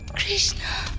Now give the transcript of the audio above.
krishna?